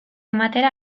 ematera